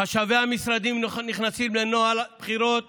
חשבי המשרדים נכנסים לנוהל בחירות